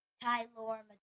Tyler